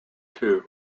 too